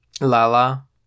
Lala